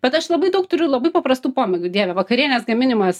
bet aš labai daug turiu labai paprastų pomėgių dieve vakarienės gaminimas